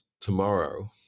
tomorrow